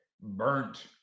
burnt